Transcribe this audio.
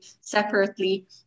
separately